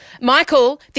Michael